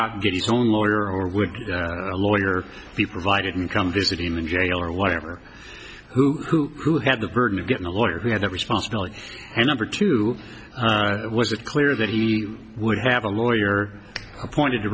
out and get his own lawyer or would a lawyer be provided and come visit him in jail or whatever who had the burden of getting a lawyer who had the responsibility and number two was it clear that he would have a lawyer appointed to